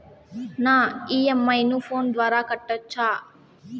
నా ఇ.ఎం.ఐ ను ఫోను ద్వారా కట్టొచ్చా?